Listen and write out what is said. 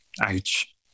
Ouch